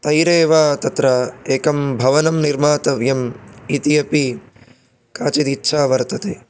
तैरेव तत्र एकं भवनं निर्मातव्यम् इति अपि काचिदिच्छा वर्तते